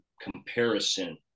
comparison